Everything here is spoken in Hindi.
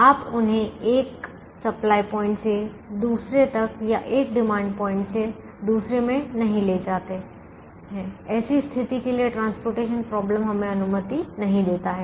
आप उन्हें एक सप्लाय पॉइंट से दूसरे तक या एक डिमांड पॉइंट से दूसरे में नहीं ले जाते हैं ऐसी स्थिति के लिए परिवहन समस्या हमें अनुमति नहीं देता है